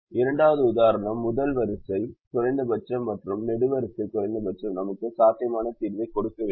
இரண்டாவது உதாரணம் முதல் வரிசை குறைந்தபட்சம் மற்றும் நெடுவரிசை குறைந்தபட்சம் நமக்கு சாத்தியமான தீர்வைக் கொடுக்கவில்லை